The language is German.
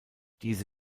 diese